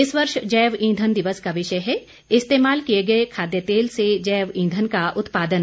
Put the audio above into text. इस वर्ष जैव ईंधन दिवस का विषय है इस्तेमाल किये गये खाद्य तेल से जैव ईंधन का उत्पादन